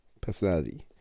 personality